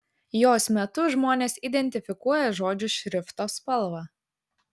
jos metu žmonės identifikuoja žodžių šrifto spalvą